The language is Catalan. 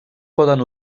poden